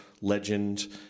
legend